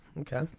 Okay